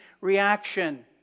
reaction